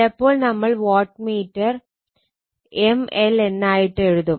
ചിലപ്പോൾ നമ്മൾ watt meter M L എന്നായിട്ടെഴുതും